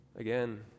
Again